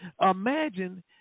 Imagine